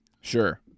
Sure